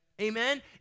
Amen